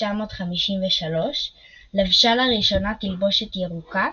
ב-1953, לבשה לראשונה תלבושת ירוקה